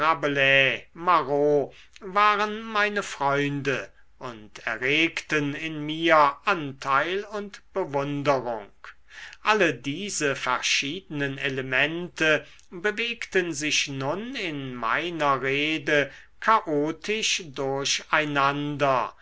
waren meine freunde und erregten in mir anteil und bewunderung alle diese verschiedenen elemente bewegten sich nun in meiner rede chaotisch